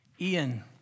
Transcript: Ian